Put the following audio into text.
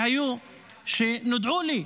שהיו, שנודעו לי,